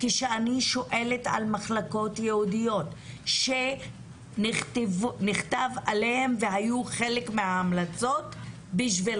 מחלקות ייעודיות היו חלק מההמלצות שנכתבו.